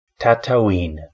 Tatooine